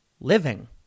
Living